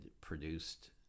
produced